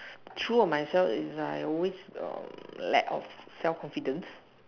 true of myself is I always um lack of self confidence